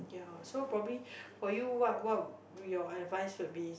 ya so probably for you what what your advice would be